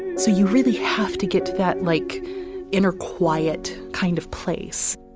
so you really have to get to that like inner quiet kind of place